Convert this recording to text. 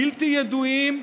בלתי ידועים.